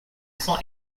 sang